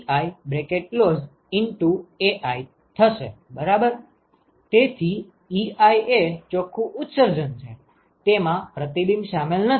તેથી Ei એ ચોખ્ખું ઉત્સર્જન છે તેમાં પ્રતિબિંબ શામેલ નથી